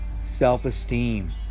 Self-esteem